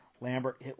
Lambert